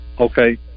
Okay